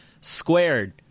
Squared